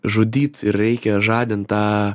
žudyt reikia žadint tą